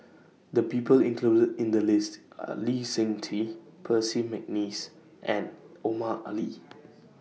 The People included in The list Are Lee Seng Tee Percy Mcneice and Omar Ali